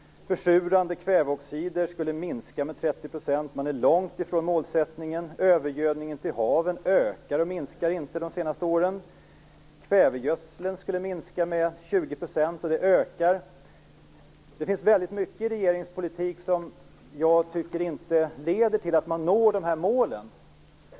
Försurande kväveoxider skulle minska med 30 %, men man är långt ifrån målsättningen. Övergödningen till haven under de senaste åren ökar, inte minskar. Kvävegödslingen skulle minska med 20 %, men den ökar. Det finns väldigt mycket i regeringens politik som jag inte tycker leder till att man når de uppsatta målen.